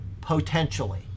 potentially